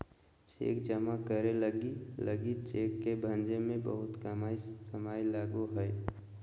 cheque जमा करे लगी लगी चेक के भंजे में बहुत कम समय लगो हइ